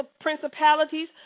principalities